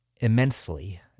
immensely